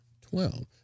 twelve